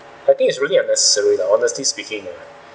I think it's really unnecessary lah honestly speaking uh